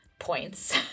Points